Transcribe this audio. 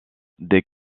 des